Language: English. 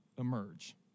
emerge